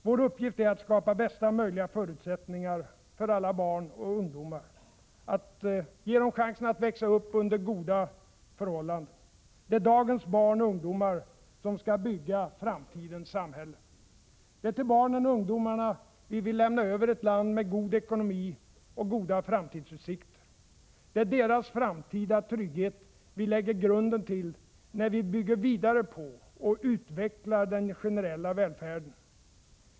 Vår uppgift är att skapa bästa möjliga förutsättningar för alla barn och ungdomar att växa upp under goda förhållanden. Det är dagens barn och ungdomar som skall bygga framtidens samhälle. Det är till barnen och ungdomarna vi vill lämna över ett land med god ekonomi och goda framtidsutsikter. Det är deras framtida trygghet vi lägger grunden till när vi bygger vidare på och utvecklar den generella välfärden.